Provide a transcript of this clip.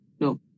no